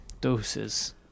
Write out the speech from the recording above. Doses